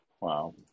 Wow